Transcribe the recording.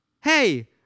hey